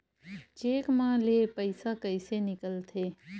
Cheque म ले पईसा कइसे निकलथे?